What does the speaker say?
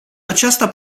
aceasta